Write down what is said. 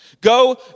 Go